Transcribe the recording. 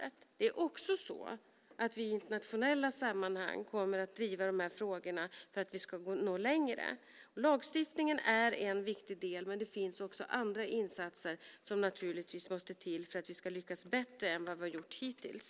Vi kommer också att driva de här frågorna i internationella sammanhang för att vi ska nå längre. Lagstiftningen är en viktig del, men det finns också andra insatser som måste till för att vi ska lyckas bättre än vi har gjort hittills.